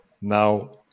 now